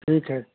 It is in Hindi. ठीक है